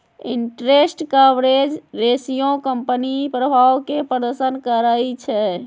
interest coverage ratio company के प्रभाव के प्रदर्शन करइ छै